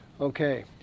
okay